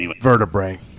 vertebrae